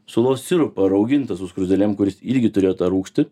sulos sirupą raugintą su skruzdėlėm kuris irgi turėjo tą rūgštį